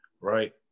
right